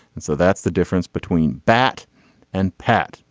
and so that's the difference between bat and pat.